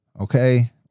okay